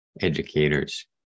educators